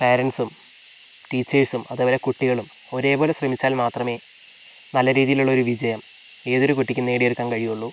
പാരൻസും ടീച്ചേഴ്സും അതുപോലെ കുട്ടികളും ഒരേ പോലെ ശ്രമിച്ചാൽ മാത്രമേ നല്ല രീതിയിലുള്ളൊരു വിജയം ഏതൊരു കുട്ടിക്കും നേടിയെടുക്കാൻ കഴിയുകയുള്ളൂ